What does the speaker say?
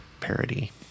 parody